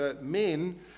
men